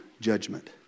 judgment